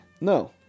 No